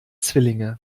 zwillinge